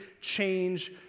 change